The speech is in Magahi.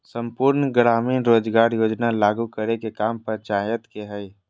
सम्पूर्ण ग्रामीण रोजगार योजना लागू करे के काम पंचायत के हय